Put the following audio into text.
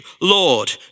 Lord